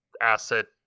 asset